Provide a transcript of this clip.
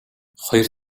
хоёр